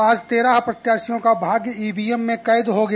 आज तेरह प्रत्याशियों का भाग्य ईवीएम में कैद हो गया